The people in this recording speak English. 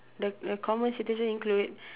the the common situation include